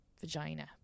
vagina